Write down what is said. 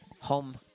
Home